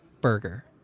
burger